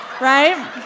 right